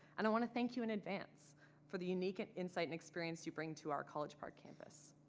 and i want to thank you in advance for the unique and insight and experience you bring to our college park campus.